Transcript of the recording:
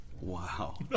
Wow